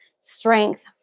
strength